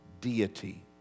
deity